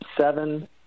seven